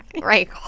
right